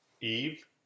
Eve